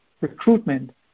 recruitment